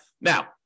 Now